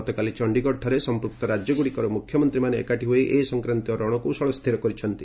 ଗତକାଲି ଚଣ୍ଡୀଗଡ଼ଠାରେ ସଂପୃକ୍ତ ରାଜ୍ୟଗୁଡ଼ିକର ମୁଖ୍ୟମନ୍ତ୍ରୀମାନେ ଏକାଠି ହୋଇ ଏ ସଂକ୍ରାନ୍ତୀୟ ରଣକୌଶଳ ସ୍ଥିର କରିଛନ୍ତି